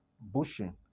bushing